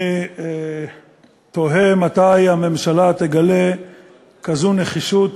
אני תוהה מתי הממשלה תגלה כזו נחישות